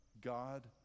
God